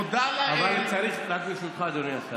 תודה לאל, רק ברשותך, אדוני השר.